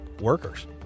workers